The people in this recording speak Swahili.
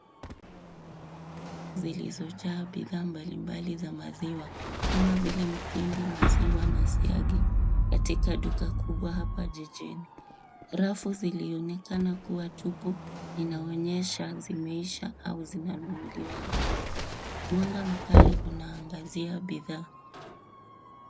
Zilizojaa bidhaa mbali mbali za maziwa, kama vile mtindi, maziwa, na siagi, katika duka hapa jijini. Rafu zilionekana kua tupu, inaonyesha zimeisha au zinaunuliwa haraka. Mwanga mkali unaangazia bidhaa.